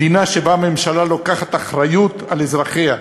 מדינה שבה הממשלה לוקחת אחריות על אזרחיה,